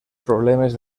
problemes